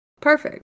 Perfect